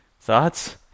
Thoughts